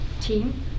team